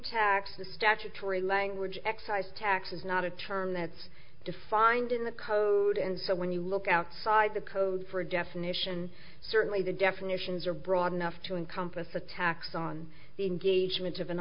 tax the statutory language excise tax is not a term that's defined in the code and so when you look outside the code for a definition certainly the definitions are broad enough to encompass a tax on the engagement of an